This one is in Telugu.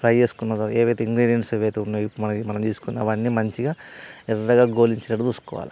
ఫ్రై చేసుకున్న తరువాత ఏవైతే ఇంగ్రీడియంట్స్ ఏవైతే ఉన్నాయో మనం తీసుకున్నవి అవన్నీ మంచిగా ఎర్రగా గోలించినట్టు చూసుకోవాలి